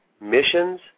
missions